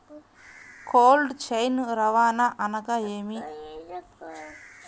Cold chain రవాణా అనగా నేమి?